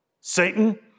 Satan